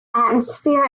atmosphere